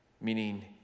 Meaning